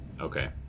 okay